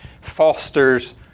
fosters